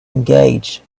engaged